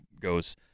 goes